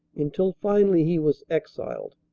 until finally he was exiled.